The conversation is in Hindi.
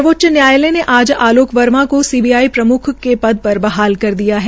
सर्वोच्च न्यायालय ने आज आलोक वर्मा के सीबीआई प्रमुख के पद पर बहाल कर दिया है